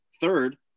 third